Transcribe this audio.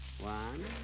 One